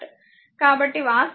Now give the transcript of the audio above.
కాబట్టివాస్తవానికి i0 3 0